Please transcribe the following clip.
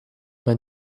mijn